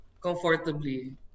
comfortably